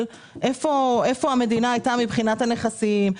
איפה המדינה הייתה מבחינת הנכסים.